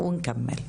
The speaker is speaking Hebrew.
ולחיות יום יום עם זה.